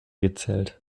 gezählt